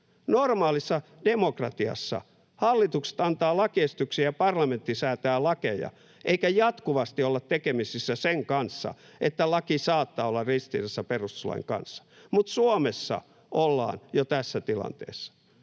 Normaalissa demokratiassa hallitukset antavat lakiesityksiä ja parlamentti säätää lakeja eikä jatkuvasti olla tekemisissä sen kanssa, että laki saattaa olla ristiriidassa perustuslain kanssa, mutta Suomessa ollaan jo tässä tilanteessa,